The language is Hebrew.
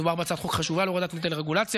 מדובר בהצעת חוק חשובה להורדת נטל הרגולציה